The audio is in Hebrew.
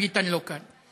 ביטן לא כאן,